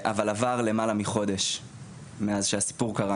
אבל עבר למעלה מחודש מאז שהסיפור קרה.